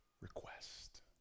Request